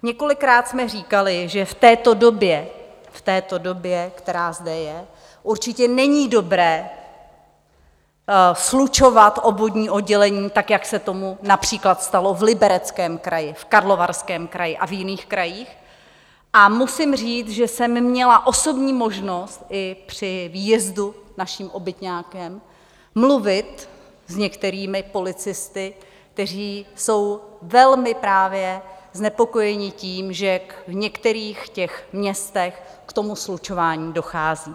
Několikrát jsme říkali, že v této době, která zde je, určitě není dobré slučovat obvodní oddělení, tak jak se tomu například stalo v Libereckém kraji, v Karlovarském kraji a v jiných krajích, a musím říct, že jsem měla osobní možnost i při výjezdu naším obytňákem mluvit s některými policisty, kteří jsou velmi právě znepokojeni tím, že v některých městech k tomu slučování dochází.